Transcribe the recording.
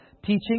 teaching